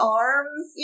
arms